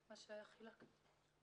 מה שהיה, חילקנו.